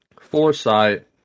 foresight